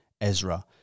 Ezra